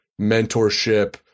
mentorship